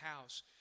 house